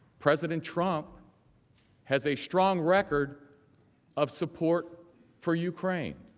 president trump has a strong record of support for ukraine.